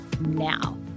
now